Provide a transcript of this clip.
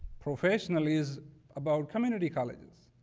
professionally, is about community colleges.